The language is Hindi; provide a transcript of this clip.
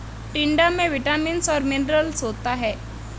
टिंडा में विटामिन्स और मिनरल्स होता है